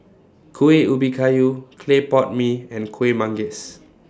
Kuih Ubi Kayu Clay Pot Mee and Kueh Manggis